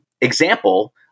example